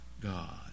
God